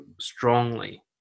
strongly